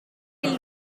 qu’il